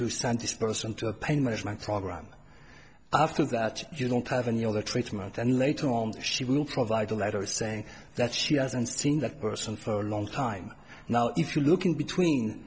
to stand this person to a pain management program after that you don't have any other treatment and later on she will provide a letter saying that she hasn't seen that person for a long time now if you look in between